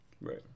Right